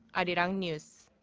arirang news.